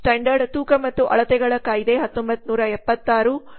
standard ತೂಕ ಮತ್ತು ಅಳತೆಗಳ ಕಾಯ್ದೆStandard weights and measures act 1976